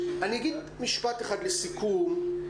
אגיד משפט אחד לסיכום.